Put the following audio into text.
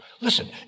Listen